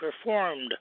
performed